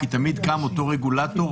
כי תמיד קם אותו רגולטור,